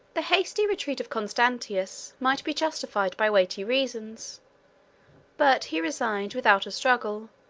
the hasty retreat of constantius might be justified by weighty reasons but he resigned, without a struggle,